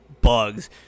bugs